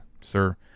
sir